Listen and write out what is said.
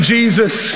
Jesus